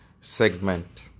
segment